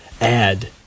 add